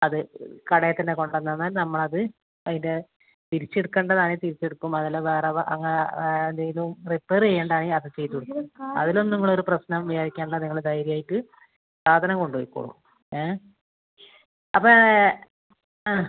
അത് കടയിൽ തന്നെ കൊണ്ട് ചെന്നാൽ നമ്മളത് അതിൻ്റെ തിരിച്ചെടുക്കേണ്ടതാണെങ്കി തിരിച്ചെടുക്കും അതല്ല വേറെ അങ്ങനെ എന്തേലും റിപ്പേറ് ചെയ്യേണ്ടതാണെങ്കിൽ അത് ചെയ്ത് കൊടുക്കും അതിലൊന്നും നിങ്ങൾ ഒരു പ്രശ്നം വിചാരിക്കേണ്ട നിങ്ങള് ധൈര്യമായിട്ട് സാധനം കൊണ്ടുപോയ്ക്കോളും ഏ അപ്പം